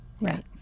right